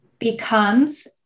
becomes